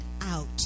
Out